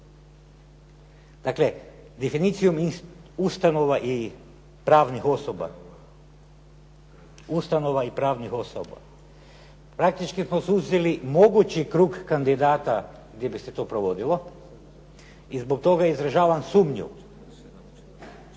Dakle, definicijom ustanova i pravnih osoba, ustanova i pravnih osoba praktički …/Govornik se ne razumije./… mogući krug mogućih kandidata gdje bi se to provodilo. I zbog toga izražavam sumnju da će